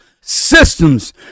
systems